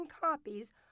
copies